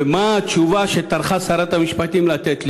ומה התשובה שטרחה שרת המשפטים לתת לי?